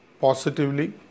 positively